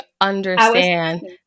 understand